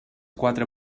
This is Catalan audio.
quatre